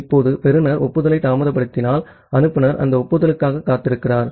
இப்போது பெறுநர் ஒப்புதலை தாமதப்படுத்தினால் அனுப்புநர் அந்த ஒப்புதலுக்காக காத்திருக்கிறார்